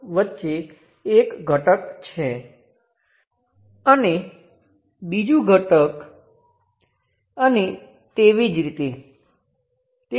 તેથી VR એ V હોવું જોઈએ અને IR એ I હોવું જોઈએ